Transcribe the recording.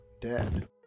dead